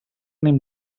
ànim